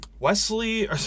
Wesley